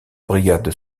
brigade